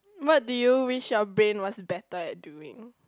what do you wish your brain was better at doing